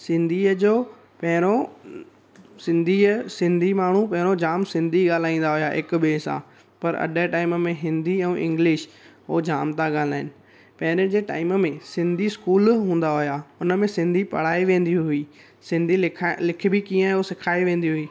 सिंधीअ जो पहिरों सिंधीअ सिंधी माण्हू पहिरों जाम सिंधी ॻाल्हाईंदा हुया हिकु ॿिए सां पर अॼु टाइम में हिंदी ऐं इंग्लिश हुओ जाम तां ॻाल्हाइनि पहिरें जे टाइम में सिंधी इस्कूलु हूंदा हुया उनमें सिंधी पढ़ाई वेंदी हुई सिंधी लिखाए लिखे बि कीअं हुओ सिखाए वेंदी हुई